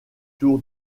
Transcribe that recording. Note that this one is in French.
tour